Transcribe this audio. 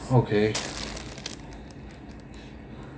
okay